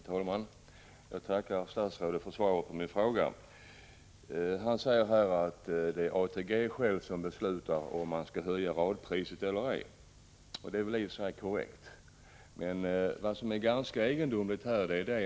Herr talman! Jag tackar statsrådet för svaret på min fråga. Han säger att det är ATG självt som beslutar om man skall höja radpriset eller ej, och det är väl i och för sig korrekt.